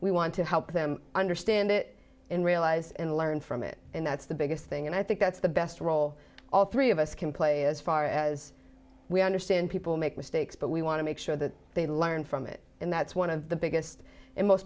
we want to help them understand it and realize and learn from it and that's the biggest thing and i think that's the best role busy all three of us can play as far as busy we understand people make mistakes but we want to make sure that they learn from it and that's one of the biggest and most